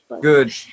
Good